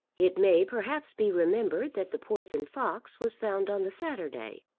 it may perhaps be remembered that the poisoned fox was found on the saturday,